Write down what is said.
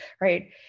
right